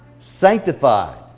Sanctified